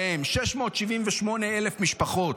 678,000 משפחות.